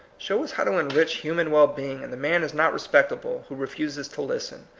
show us how to enrich human well-being, and the man is not re spectable who refuses to listen.